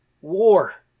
war